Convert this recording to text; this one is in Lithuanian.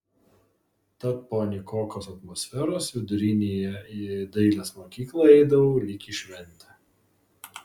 tad po nykokos atmosferos vidurinėje į dailės mokyklą eidavau lyg į šventę